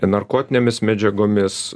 narkotinėmis medžiagomis